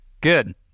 Good